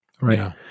Right